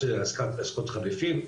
עושה עסקאות חליפין,